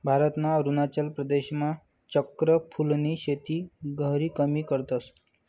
भारतना अरुणाचल प्रदेशमा चक्र फूलनी शेती गहिरी कमी करतस